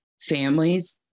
families